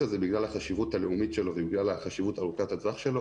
הזה בגלל חשיבותו הלאומית ובגלל חשיבות ארוכת הטווח שלו,